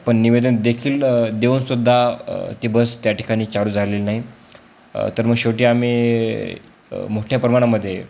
पण निवेदन देखील देऊन सुद्धा ती बस त्या ठिकाणी चालू झालेली नाही तर मग शेवटी आम्ही मोठ्या प्रमाणामध्ये